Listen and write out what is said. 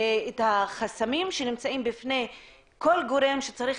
את החסמים שנמצאים בפני כל גורם שצריך